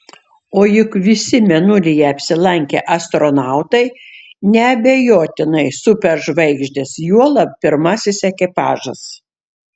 o juk visi mėnulyje apsilankę astronautai neabejotinai superžvaigždės juolab pirmasis ekipažas